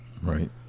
Right